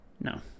No